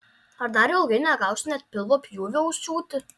ar dar ilgai negausiu net pilvo pjūvio užsiūti